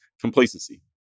complacency